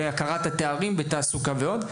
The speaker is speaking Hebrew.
בהכרה בתארים ועוד.